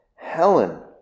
Helen